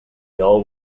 hill